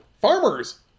farmers